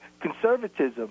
conservatism